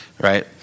right